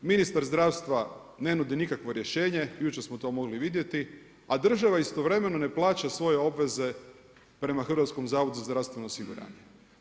Ministar zdravstva ne nudi nikakvo rješenje, jučer smo to mogli vidjeti, a država istovremeno ne plaća svoje obveze prema Hrvatskom zavodu za zdravstveno osiguranje.